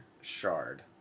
shard